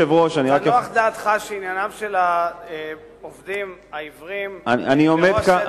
תנוח דעתך שעניינם של העובדים העיוורים הוא בראש סדר העדיפויות.